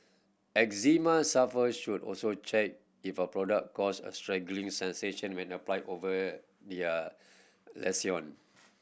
eczema sufferers should also check if a product cause a sensation when applied over their lesion